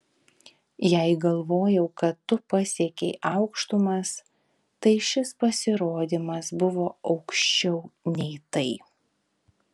jei galvojau kad tu pasiekei aukštumas tai šis pasirodymas buvo aukščiau nei tai